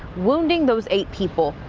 wounding those eight people.